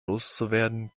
loszuwerden